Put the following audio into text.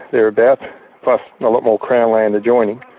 thereabouts, plus a lot more crown land adjoining,